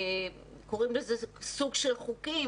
שעוסק בפעילויות קוראים לזה סוג של חוגים,